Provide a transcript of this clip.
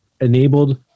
enabled